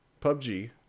PUBG